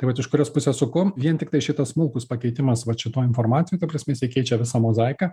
tai vat iš kurios pusės suku vien tiktai šitas smulkus pakeitimas vat šitoj informacijoj ta prasme jisai keičia visą mozaiką